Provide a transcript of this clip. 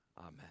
Amen